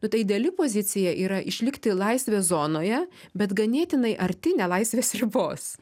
nu ta ideali pozicija yra išlikti laisvės zonoje bet ganėtinai arti nelaisvės ribos